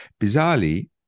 bizarrely